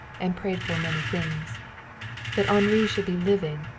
and prayed for many things that henri should be living,